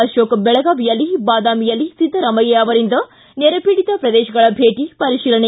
ಅಶೋಕ್ ಬೆಳಗಾವಿಯಲ್ಲಿ ಮತ್ತು ಬಾದಾಮಿಯಲ್ಲಿ ಸಿದ್ದರಾಮಯ್ನ ಅವರಿಂದ ನೆರೆಪೀಡಿತ ಪ್ರದೇಶಗಳ ಭೇಟಿ ಪರಿಶೀಲನೆ